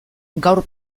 gaur